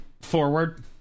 forward